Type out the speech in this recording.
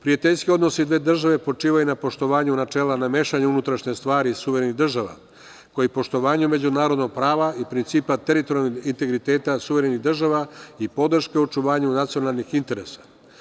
Prijateljski odnosi dve države počivaju na poštovanju načela na mešanju unutrašnje stvari suverenih država, koji poštovanjem međunarodnog prava i principa teritorijalnog integriteta suverenih država i podrške očuvanju nacionalnih interesa.